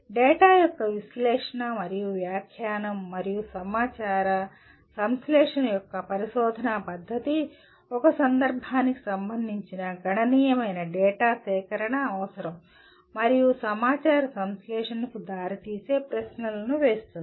data యొక్క విశ్లేషణ మరియు వ్యాఖ్యానం మరియు సమాచార సంశ్లేషణ యొక్క పరిశోధనా పద్ధతి ఒక సందర్భానికి సంబంధించిన గణనీయమైన డేటా సేకరణ అవసరం మరియు సమాచార సంశ్లేషణకు దారితీసే ప్రశ్నలను వేస్తుంది